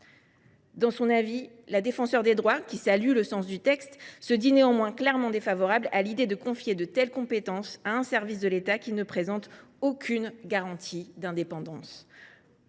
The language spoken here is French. Dans son avis, la Défenseure des droits, qui salue le sens du texte, se dit néanmoins clairement défavorable à l’idée de confier de telles compétences à un service de l’État qui ne présente aucune garantie d’indépendance.